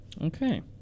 okay